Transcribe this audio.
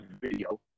video